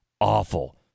awful